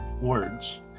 words